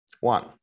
one